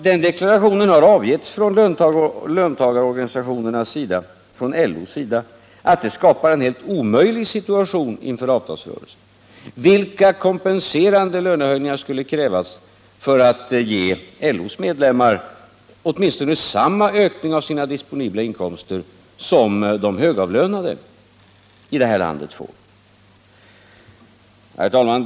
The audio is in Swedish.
Den deklarationen har avgetts från LO:s sida att det skapar en helt omöjlig situation inför avtalsrörelsen. Vilka kompenserande lönehöjningar skulle krävas för att ge LO:s medlemmar åtminstone samma ökning av sina disponibla inkomster som de högavlönade i det här landet får? Herr talman!